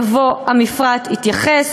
יבוא: "המפרט יתייחס",